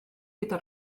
gyda